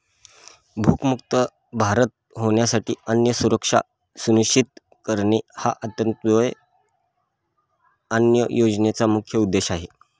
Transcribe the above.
भूकमुक्त भारत होण्यासाठी अन्न सुरक्षा सुनिश्चित करणे हा अंत्योदय अन्न योजनेचा मुख्य उद्देश आहे